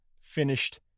finished